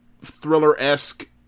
thriller-esque